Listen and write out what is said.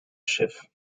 schiff